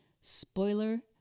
Spoiler